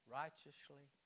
righteously